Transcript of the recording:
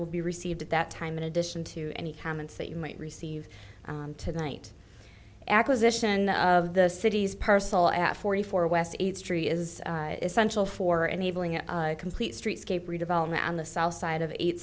will be received at that time in addition to any comments that you might receive tonight acquisition of the city's parcel at forty four west tree is essential for enabling a complete streetscape redevelopment on the south side of eight